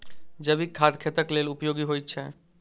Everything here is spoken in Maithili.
जैविक खाद खेतक लेल उपयोगी होइत छै